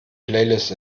playlist